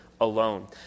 alone